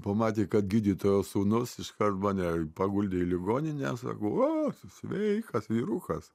pamatė kad gydytojo sūnus iškart mane paguldė į ligoninę sako o sveikas vyrukas